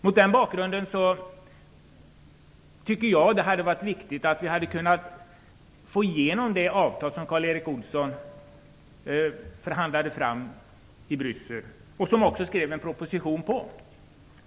Mot den bakgrunden tycker jag att det hade varit viktigt att få igenom det avtal som Karl Erik Olsson förhandlade fram i Bryssel och som han också skrev en proposition på.